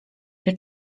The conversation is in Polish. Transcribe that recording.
wie